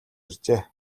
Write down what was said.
иржээ